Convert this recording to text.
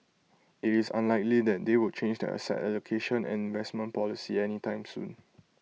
IT is unlikely that they will change their asset allocation and investment policy any time soon